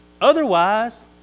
Otherwise